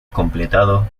completado